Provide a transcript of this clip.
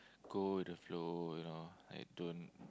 go with the flow you know like don't